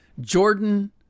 Jordan